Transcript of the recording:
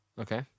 Okay